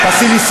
תסביר לי,